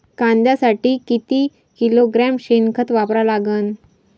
कांद्यासाठी किती किलोग्रॅम शेनखत वापरा लागन?